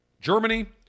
Germany